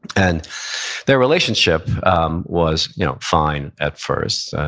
and their relationship um was you know fine at first.